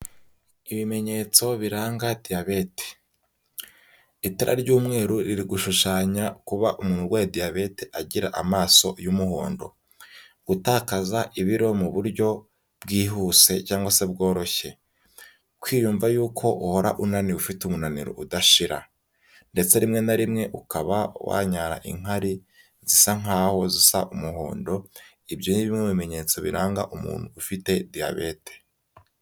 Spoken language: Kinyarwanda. Ibimenyetso biranga diabete. Itara ry'umweru ririgushushanya kuba umuntu urwaye diyabete agira amaso y'umuhondo. Gutakaza ibiro mu buryo bwihuse cyangwa se bworoshye. Kwiyumva yuko uhora unaniwe ufite umunaniro udashira ndetse rimwe na rimwe ukaba wananyara inkari zisa nk'aho zisa umuhondo. Ibyo ni bimwe mu bimenyetso biranga umuntu ufite diyabete.